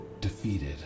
Defeated